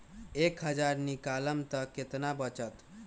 एक हज़ार निकालम त कितना वचत?